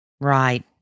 Right